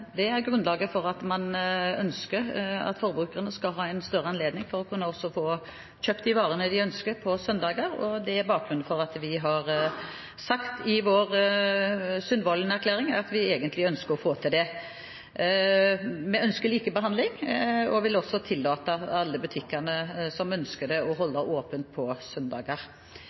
kunne få kjøpt de varene de ønsker, på søndager, og det er bakgrunnen for at vi har sagt i Sundvolden-erklæringen at vi ønsker å få det til. Vi ønsker likebehandling, og vil også tillate alle butikker som ønsker det, å holde åpent på søndager.